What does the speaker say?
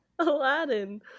Aladdin